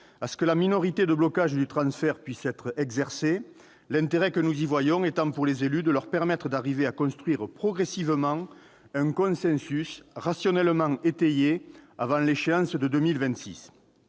à ce que la minorité de blocage du transfert puisse être exercée, l'intérêt que nous y voyons étant de permettre aux élus d'arriver à construire progressivement un consensus rationnellement étayé avant l'échéance de 2026.